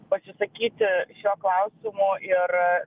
pasisakyti šiuo klausimu ir